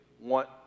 want